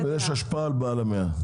יש השפעה על בעל המאה.